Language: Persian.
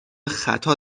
خطا